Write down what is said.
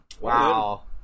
Wow